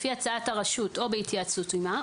לפי הצעת הרשות או בהתייעצות עימה,